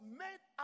made